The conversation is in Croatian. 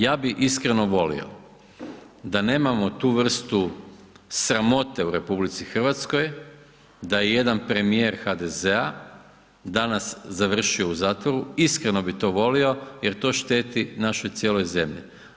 Ja bi iskreno volio da nemamo tu vrstu sramote u RH, da je jedan premije HDZ-a danas završio u zatvoru, iskreno bih to volio jer to šteti našoj cijeloj zemlji.